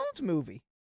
movie